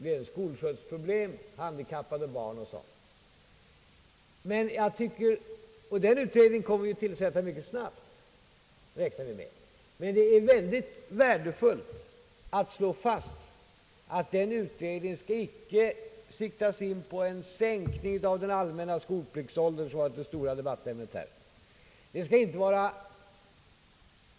Det kan gälla skolskjutsar, handikappade barn och dylikt. Vi räknar med att mycket snart tillsätta denna utredning. Det är utomordentligt viktigt att slå fast att denna utredning inte skall ta sikte på en sänkning av den allmänna skolpliktsåldern, som varit det stora debattämnet här.